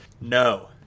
No